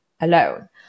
alone